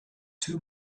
too